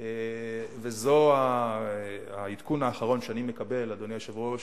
וזה העדכון האחרון שאני מקבל, אדוני היושב-ראש,